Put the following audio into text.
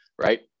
right